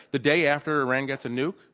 the day after iran gets a nuke,